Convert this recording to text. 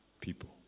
people